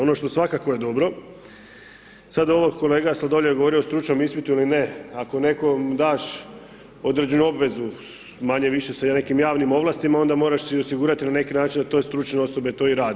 Ono što svakako je dobro, sada ovo kolega Sladoljev je govorio o stručnom ispitu ili ne, ako nekom daš određenu obvezu manje-više s nekim javnim ovlastima, onda moraš si osigurati na neki način da to struče osobe to i rade.